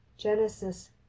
Genesis